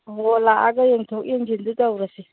ꯑꯣ ꯂꯥꯛꯑꯒ ꯌꯦꯡꯊꯣꯛ ꯌꯦꯡꯁꯤꯟꯗꯨ ꯇꯧꯔꯁꯤ